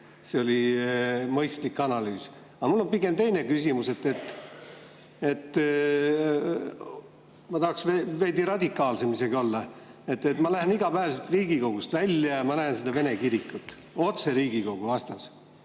see oli mõistlik analüüs. Aga mul on pigem teine küsimus. Ma tahaksin isegi veidi radikaalsem olla. Ma lähen iga päev siit Riigikogust välja ja näen seda vene kirikut otse Riigikogu vastas.